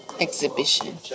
exhibition